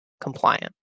compliant